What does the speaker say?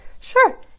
sure